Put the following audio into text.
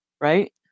Right